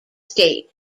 state